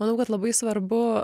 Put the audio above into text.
manau kad labai svarbu